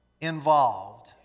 involved